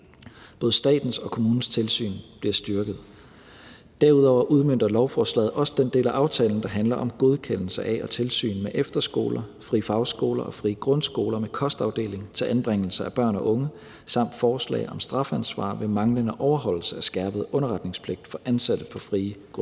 Både statens og kommunens tilsyn bliver styrket. Derudover udmønter lovforslaget også den del af aftalen, der handler om godkendelse af og tilsyn med efterskoler, frie fagskoler og frie grundskoler med kostafdeling til anbringelse af børn og unge samt forslag om strafansvar ved manglende overholdelse af skærpet underretningspligt for ansatte på frie grundskoler,